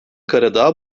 karadağ